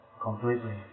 completely